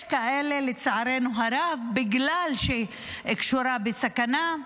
יש כאלה, לצערנו הרב, שבגלל שההיריון קשור בסכנה,